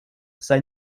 sei